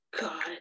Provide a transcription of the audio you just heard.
god